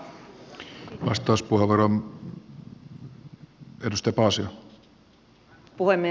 arvoisa puhemies